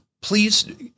please